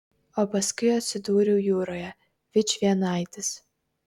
o paskui atsidūriau jūroje vičvienaitis